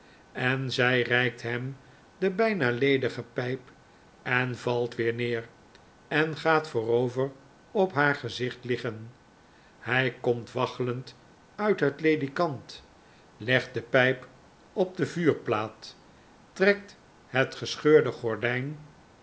en zy reikt hem de bpa ledige pijp en valt weer neer en gaat voorover op haar gezicht liggen hy komt waggelend uit het ledikant legtde py p op de vuurplaat trekt het gescheurde gordijn